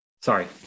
Sorry